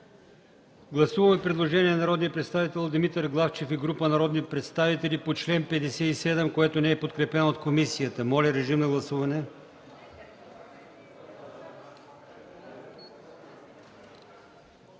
чл. 62 – предложение на народния представител Димитър Главчев и група народни представители, което не е подкрепено от комисията. Моля, режим на гласуване.